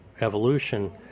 evolution